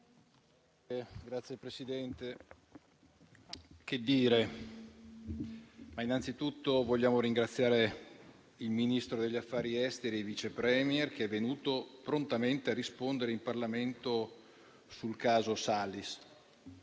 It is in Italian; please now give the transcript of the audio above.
Signor Presidente, innanzitutto vogliamo ringraziare il Ministro degli affari esteri e Vice *Premier*, che è venuto prontamente a rispondere in Parlamento sul caso Salis,